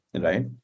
right